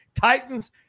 Titans